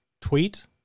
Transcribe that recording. tweet